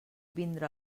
vindre